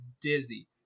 dizzy